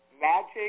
magic